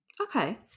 Okay